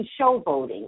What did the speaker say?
showboating